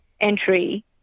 entry